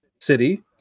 City